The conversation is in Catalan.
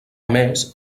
més